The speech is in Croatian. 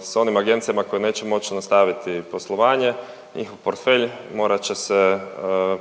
s onim agencijama koje neće moć nastaviti poslovanje njihov portfelj morat će se